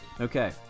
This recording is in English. Okay